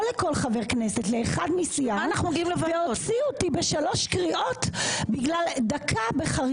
לא לכל חבר כנסת אלא לאחד מסיעה והוציאו אותי בשלוש קריאות בגלל חריגה